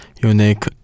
unique